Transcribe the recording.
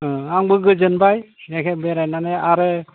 अ आंबो गोजोनबाय जायखिजाया बेरायनानै आरो